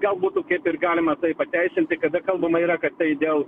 gal būtų kaip ir galima tai pateisinti kada kalbama yra kad tai dėl